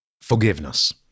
Forgiveness